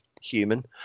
human